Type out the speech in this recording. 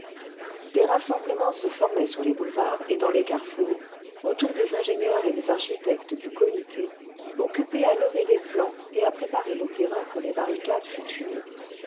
des rassemblements se formaient sur les boulevards et dans les carrefours autour des ingénieurs et des architectes du comité occupé à lever des plans et à préparer le terrain pour les barricades futures